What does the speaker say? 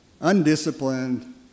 undisciplined